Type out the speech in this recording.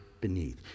beneath